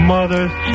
Mother's